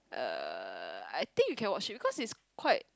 uh I think you can watch it because it's quite